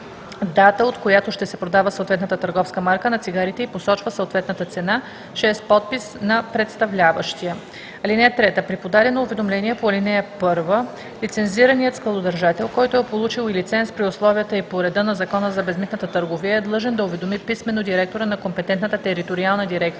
дата, от която ще се продава съответната търговска марка на цигарите и посочва съответната цена; 6. подпис на представляващия. (3) След подадено уведомление по ал. 1 лицензираният складодържател, който е получил и лиценз при условията и по реда на Закона за безмитната търговия, е длъжен да уведоми писмено директора на компетентната териториална дирекция